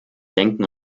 denken